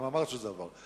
גם אמרת שזה עבר.